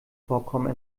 vorkommen